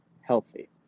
healthy